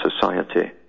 society